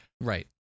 Right